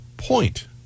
point